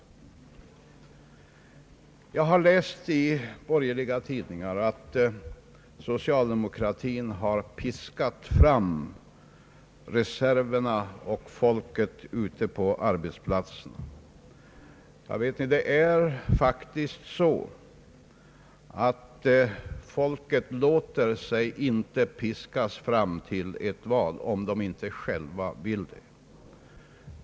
Jag har läst i borgerliga tidningar att socialdemokratin har »piskat fram» Allmänpolitisk debatt reserverna av folket ute på arbetsplatserna. Det är faktiskt så att folk inte låter sig piskas fram till ett val om de inte själva vill det.